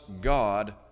God